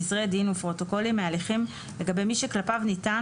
גזרי דין ופרוטוקולים מהליכים לגבי מי שכלפיו ניתן